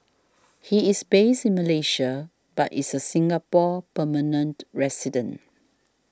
he is based in Malaysia but is a Singapore permanent resident